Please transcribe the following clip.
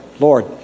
Lord